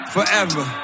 Forever